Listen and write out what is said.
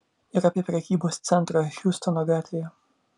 ir apie prekybos centrą hjustono gatvėje